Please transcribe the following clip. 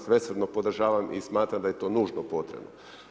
Svesrdno podržavam i smatram da je to nužno potrebno.